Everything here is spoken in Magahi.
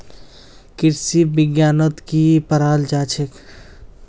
कृषि विज्ञानत की पढ़ाल जाछेक